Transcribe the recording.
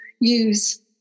use